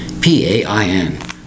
P-A-I-N